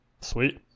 Sweet